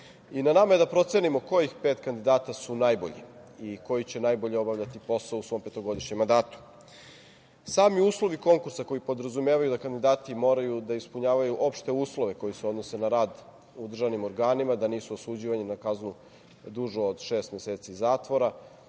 i na nama je da procenimo kojih pet kandidata su najbolji i koji će najbolje obavljati posao u svom petogodišnjem mandatu. Sami uslovi konkursa koji podrazumevaju da kandidati moraju da ispunjavaju opšte uslove koji se odnose na rad u državnim organima, da nisu osuđivani na kaznu dužu od šest meseci zatvora